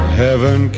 heaven